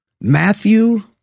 Matthew